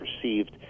perceived